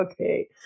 Okay